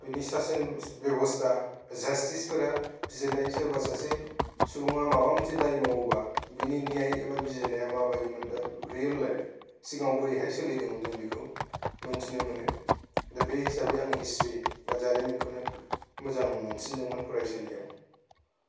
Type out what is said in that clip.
बेनि सासन बेबस्था जासथिसफोरा बिजिरनाय सोरबा सासे सुबुङा माबा मोनसे दाय मावोबा बेनि नियाय एबा बिजिरनाया मा बादिमाेन दा रियेल लायफ सिगांयाव हाय बोरै सोलिदोंमोन जों बेखौ मोनथिनो मोनो दा बे हिसाबै आङो हिसथ्रि बा जारिमिनखौनो मोजां मोनसिनदोंमोन फरायसालियाव